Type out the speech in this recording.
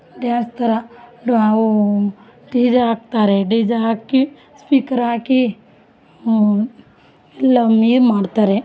dance ಥರ D J ಹಾಕ್ತಾರೆ D J ಹಾಕಿ ಸ್ಪೀಕರ್ ಹಾಕಿ ಎಲ್ಲ ಮಾಡ್ತಾರೆ